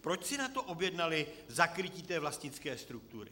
Proč si na to objednali zakrytí té vlastnické struktury?